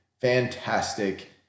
fantastic